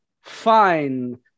fine